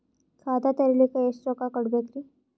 ಖಾತಾ ತೆರಿಲಿಕ ಎಷ್ಟು ರೊಕ್ಕಕೊಡ್ಬೇಕುರೀ?